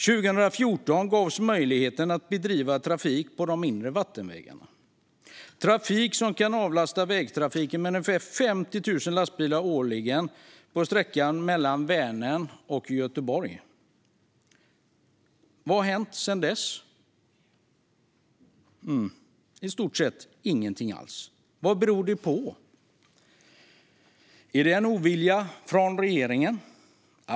År 2014 gavs möjligheten att bedriva trafik på de inre vattenvägarna, trafik som kan avlasta vägtrafiken med ungefär 50 000 lastbilar årligen på sträckan mellan Vänern och Göteborg. Vad har hänt sedan dess? I stort sett inget alls. Vad beror det på? Är det en ovilja från regeringen?